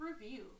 review